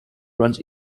runs